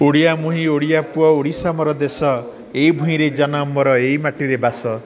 ଓଡ଼ିଆ ମୁହିଁ ଓଡ଼ିଆ ପୁଅ ଓଡ଼ିଶା ମୋର ଦେଶ ଏଇ ଭୂଇଁରେ ଜନମର ଏଇ ମାଟିରେ ବାସ